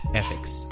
ethics